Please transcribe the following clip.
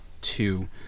two